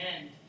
end